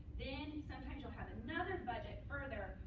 then, sometimes, you'll have another budget, further,